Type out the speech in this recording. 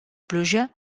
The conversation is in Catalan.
pluja